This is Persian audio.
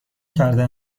کرده